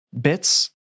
bits